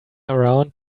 around